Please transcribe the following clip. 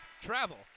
travel